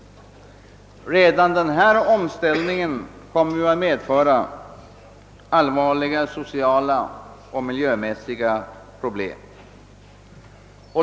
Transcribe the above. Redan denna omställning kommer att medföra allvarliga sociala och miljömässiga problem.